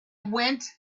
went